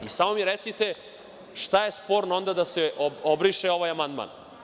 I samo mi recite šta je onda sporno da se obriše ovaj amandman?